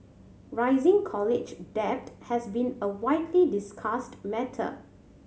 rising college debt has been a widely discussed matter